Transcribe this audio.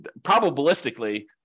probabilistically